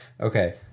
okay